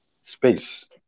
space